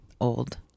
Old